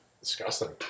Disgusting